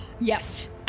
Yes